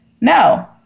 No